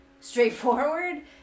straightforward